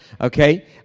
okay